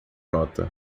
nota